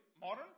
modern